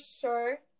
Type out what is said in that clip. sure